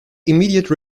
immediate